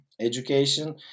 Education